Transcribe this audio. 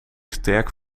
sterk